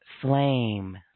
flame